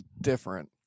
different